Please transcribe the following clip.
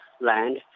land